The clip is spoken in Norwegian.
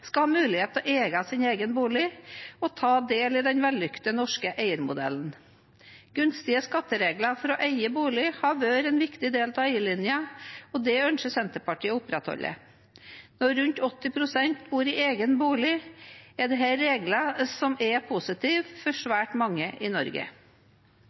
skal ha mulighet til å eie sin egen bolig og ta del i den vellykkede norske eiermodellen. Gunstige skatteregler for å eie bolig har vært en viktig del av eierlinjen, og det ønsker Senterpartiet å opprettholde. Når rundt 80 pst. bor i egen bolig, er dette regler som er positive for